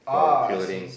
ah I see